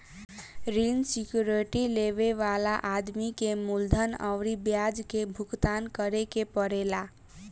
ऋण सिक्योरिटी लेबे वाला आदमी के मूलधन अउरी ब्याज के भुगतान करे के पड़ेला